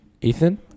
Ethan